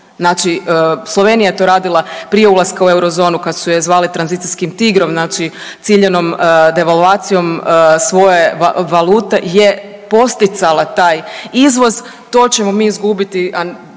Znači Slovenija je to radila prije ulaska u eurozonu kad su je zvali tranzicijskim tigrom. Znači ciljanom devalvacijom svoje valute je podsticala taj izvoz to ćemo mi izgubiti,